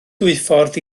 dwyffordd